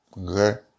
Okay